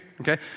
okay